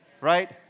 Right